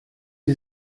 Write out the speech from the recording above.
sie